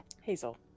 Hazel